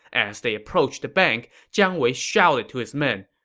as they approached the bank, jiang wei shouted to his men,